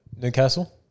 Newcastle